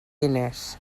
diners